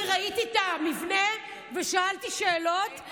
גם אני ראיתי את המבנה ושאלתי שאלות,